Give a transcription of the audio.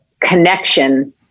connection